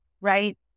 right